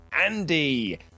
Andy